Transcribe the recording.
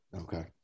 Okay